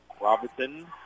Robinson